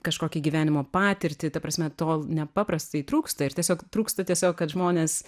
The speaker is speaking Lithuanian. kažkokią gyvenimo patirtį ta prasme to nepaprastai trūksta ir tiesiog trūksta tiesiog kad žmonės